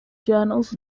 journals